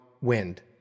wind